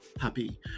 happy